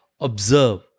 Observe